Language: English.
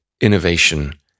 innovation